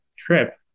trip